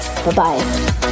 Bye-bye